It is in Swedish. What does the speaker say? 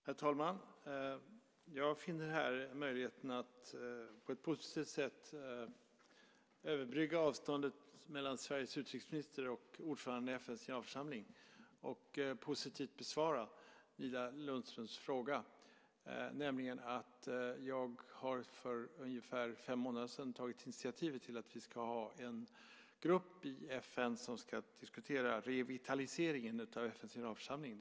Herr talman! Jag finner här möjligheten att på ett positivt sätt överbrygga avståndet mellan Sveriges utrikesminister och ordföranden i FN:s generalförsamling. Jag kan därmed positivt besvara Nina Lundströms fråga. Jag har för ungefär fem månader sedan tagit initiativ till en grupp i FN som ska diskutera revitaliseringen av FN:s generalförsamling.